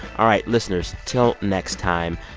all right, listeners, till next time.